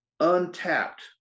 untapped